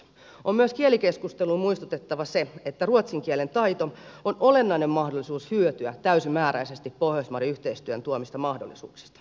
kielikeskusteluun on myös muistutettava se että ruotsin kielen taito on olennainen mahdollisuus hyötyä täysimääräisesti pohjoismaiden yhteistyön tuomista mahdollisuuksista